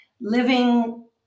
living